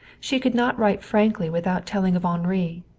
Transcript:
she could not write frankly without telling of henri,